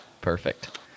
Perfect